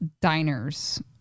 diners